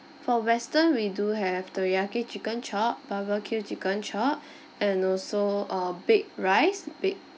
for western we do have teriyaki chicken chop barbecue chicken chop and also uh baked rice bake